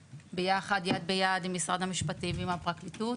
ביחד יד ביד עם משרד המשפטים ועם הפרקליטות,